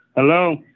Hello